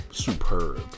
superb